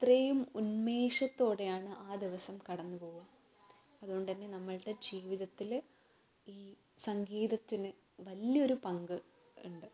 അത്രയും ഉന്മേഷത്തോടെയാണ് ആ ദിവസം കടന്ന് പോകുക അതുകൊണ്ട് തന്നെ നമ്മുടെ ജീവിതത്തിൽ സംഗീതത്തിന് വലിയൊരു പങ്ക് ഉണ്ട്